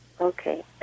Okay